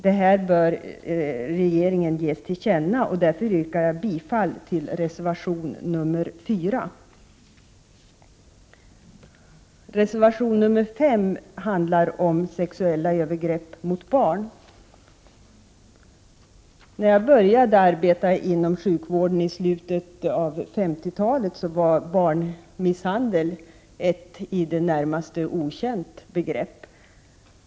Detta bör ges regeringen till känna. Därför yrkar jag bifall till reservation 4. Reservation 5 handlar om sexuella övergrepp mot barn. När jag började arbeta inom sjukvården i slutet av 50-talet var barnmisshandel ett i det närmaste okänt begrepp.